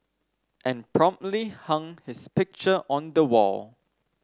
and promptly hung his picture on the wall